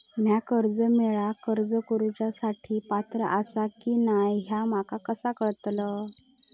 म्या कर्जा मेळाक अर्ज करुच्या साठी पात्र आसा की नसा ह्या माका कसा कळतल?